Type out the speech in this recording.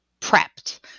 prepped